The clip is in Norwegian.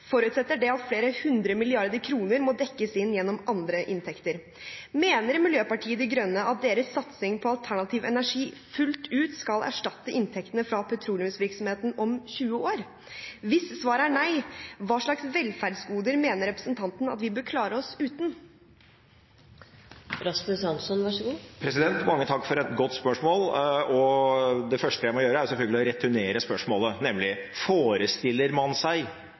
forutsetter det at flere hundre milliarder kroner må dekkes inn gjennom andre inntekter. Mener Miljøpartiet De Grønne at deres satsing på alternativ energi fullt ut skal erstatte inntektene fra petroleumsvirksomheten om 20 år? Hvis svaret er nei, hva slags velferdsgoder mener representanten at vi bør klare oss uten? Mange takk for et godt spørsmål. Det første jeg må gjøre, er selvfølgelig å returnere spørsmålet, nemlig: Forestiller noen i denne salen seg